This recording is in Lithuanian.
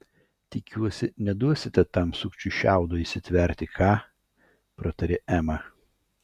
tikiuosi neduosite tam sukčiui šiaudo įsitverti ką pratarė ema